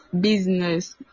business